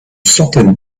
centaine